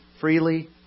freely